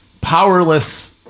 powerless